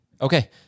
Okay